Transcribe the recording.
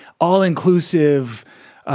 all-inclusive